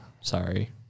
Sorry